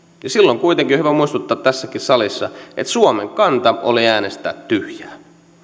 kuitenkin on hyvä muistuttaa tässäkin salissa että silloin suomen kanta oli äänestää tyhjää